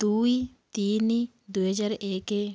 ଦୁଇ ତିନି ଦୁଇ ହଜାର ଏକ